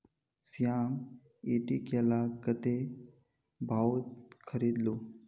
श्याम ईटी केला कत्ते भाउत खरीद लो